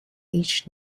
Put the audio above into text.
each